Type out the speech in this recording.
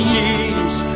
years